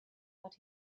but